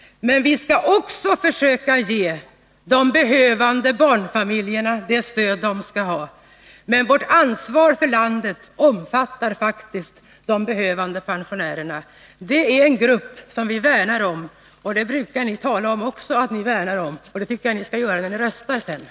Vi skall också försöka ge de behövande barnfamiljerna det stöd som de skall ha. Men vårt ansvar för landet omfattar faktiskt de behövande pensionärerna. Det är en grupp som vi värnar om. Ni brukar också tala om att ni värnar om dem, och det tycker jag att ni skall göra när ni sedan röstar.